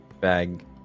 bag